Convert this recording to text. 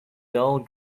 dull